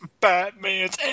Batman's